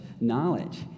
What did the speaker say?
knowledge